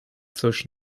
coś